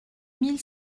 mille